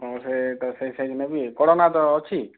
ହଁ ସେ ତ ସେଇ ସେଇ ନେବି କଡ଼ାନାଦ ଅଛି